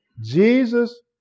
Jesus